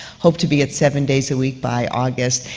hope to be at seven days a week by august,